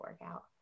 workout